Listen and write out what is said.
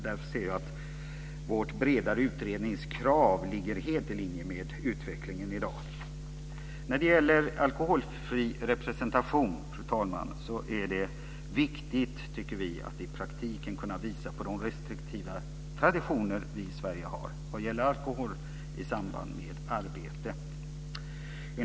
Därför ser jag att vårt bredare utredningskrav ligger helt i linje med utvecklingen i dag. När det gäller alkoholfri representation, fru talman, tycker vi att det är viktigt att i praktiken kunna visa på de restriktiva traditioner som vi i Sverige har vad gäller alkohol i samband med arbete.